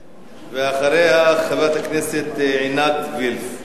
ואחריה, חברת הכנסת עינת וילף.